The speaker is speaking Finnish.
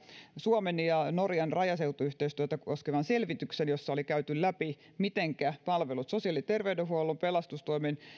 suomen ja norjan rajaseutuyhteistyötä koskevan selvityksen jossa oli käyty läpi mitenkä palvelut sosiaali ja terveydenhuollon pelastustoimen